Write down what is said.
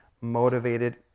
motivated